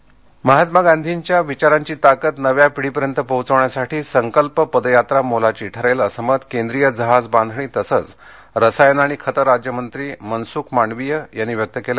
पदयात्रा अमरावती महात्मा गांधींच्या विचारांची ताकद नव्या पिढीपर्यंत पोहोचविण्यासाठी संकल्प पदयात्रा मोलाची ठरेल असं मत केंद्रीय जहाज बांधणी तसंच रसायने आणि खते राज्यमंत्री मनसुख मांडवीय यांनी व्यक्त केलं